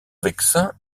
vexin